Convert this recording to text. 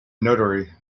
notary